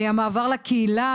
המעבר לקהילה.